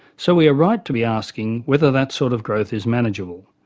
so we are right to be asking whether that sort of growth is manageable.